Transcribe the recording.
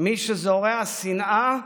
מי שזורע שנאה,